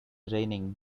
raining